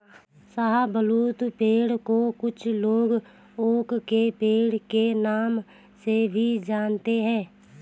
शाहबलूत पेड़ को कुछ लोग ओक के पेड़ के नाम से भी जानते है